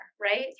right